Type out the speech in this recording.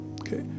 okay